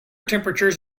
temperatures